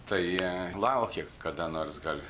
tai lauki kada nors gal